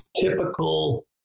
typical